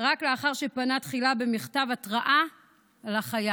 רק לאחר שפנה תחילה במכתב התראה לחייב.